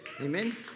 Amen